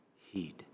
heed